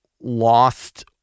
lost